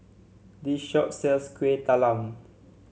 this shop sells Kuih Talam